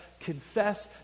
confess